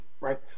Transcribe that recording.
right